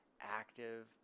active